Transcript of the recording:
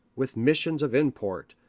with missions of import,